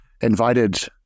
invited